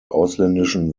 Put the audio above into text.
ausländischen